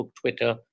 Twitter